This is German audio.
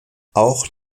auch